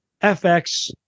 FX